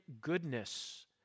goodness